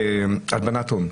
עושים בהלבנת הון,